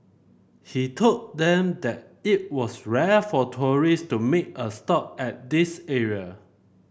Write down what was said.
he told them that it was rare for tourist to make a stop at this area